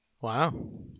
Wow